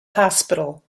hospital